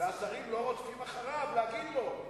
והשרים לא רודפים אחריו להגיד לו.